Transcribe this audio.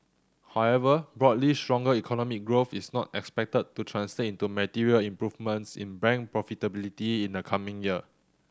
however broadly stronger economic growth is not expected to translate into material improvements in bank profitability in the coming year